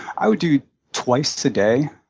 i would do twice a day,